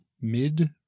mid